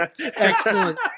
Excellent